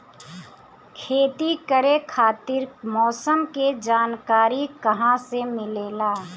खेती करे खातिर मौसम के जानकारी कहाँसे मिलेला?